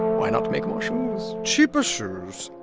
why not make more shoes, cheaper shoes?